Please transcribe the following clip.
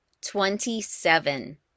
Twenty-seven